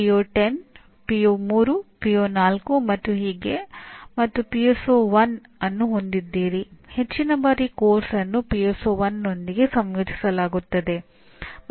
ಪಿಒಗಳು ನೊಂದಿಗೆ ಸಂಯೋಜಿಸಲಾಗುತ್ತದೆ